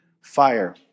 fire